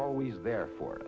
always there for